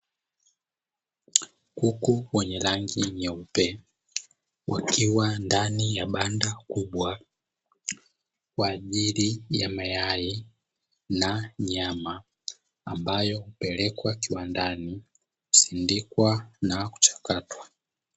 Kuku wenye rangi nyeupe wakiwa ndani ya banda kubwa, kwa ajili ya mayai na nyama ambayo hupelekwa kiwandani kusindikwa na kuchakatwa.